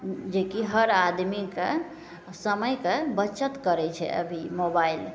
ओ जेकि हर आदमीके समयके बचत करै छै अभी मोबाइल